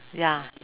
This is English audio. ya